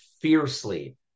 fiercely